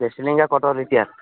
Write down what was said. gas cylinder কতো repair